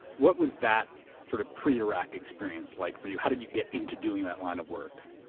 what was that sort of pre-iraq experience like for you? how did you get into doing that line of work?